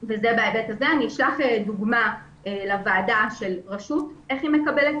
אני אשלח לוועדה דוגמה ותראו רשות ואיך היא מקבלת